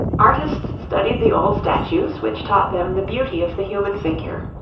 artists studied the old statues, which taught them the beauty of the human figure.